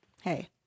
hey